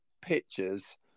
pictures